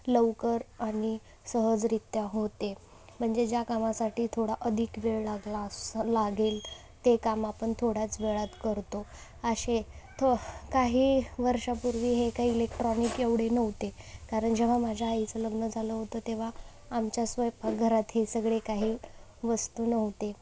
लवकर आणि सहजरित्या होते म्हणजे ज्या कामासाठी थोडा अधिक वेळ लागला स लागेल ते काम आपण थोड्याच वेळात करतो असे थ काही वर्षापूर्वी हे काय इलेक्ट्रॉनिक एवढे नव्हते कारण जेव्हा माझ्या आईचं लग्न झालं होतं तेव्हा आमच्या स्वैपाकघरात हे सगळे काही वस्तू नव्हते